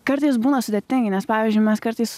kartais būna sudėtingai nes pavyzdžiui mes kartais